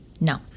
no